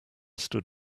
stood